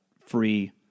free